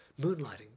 Moonlighting